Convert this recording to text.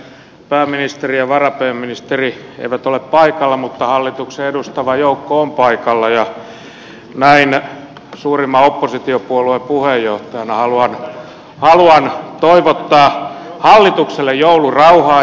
pääministeri ja varapääministeri eivät ole paikalla mutta hallituksen edustava joukko on paikalla ja näin suurimman oppositiopuolueen puheenjohtajana haluan toivottaa hallitukselle joulurauhaa